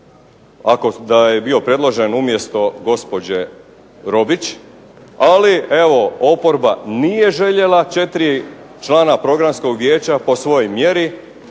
da je bio predložen umjesto gospođe Robić, ali evo oporba nije željela 4 člana Programskog vijeća po svojoj mjeri